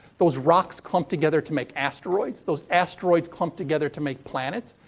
those rocks clumped together to make asteroids. those asteroids clumped together to make planets.